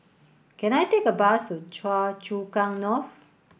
can I take a bus to Choa Chu Kang North